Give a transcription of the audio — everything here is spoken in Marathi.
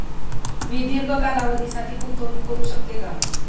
मी दीर्घ कालावधीसाठी गुंतवणूक करू शकते का?